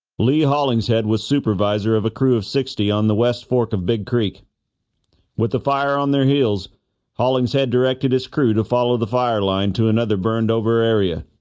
lee hollingshead was supervisor of a crew of sixty on the west fork of big creek with the fire on their heels hollingshead directed his crew to follow the fire line to another burned over area